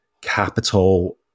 capital